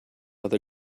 other